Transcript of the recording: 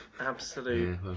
Absolute